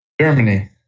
Germany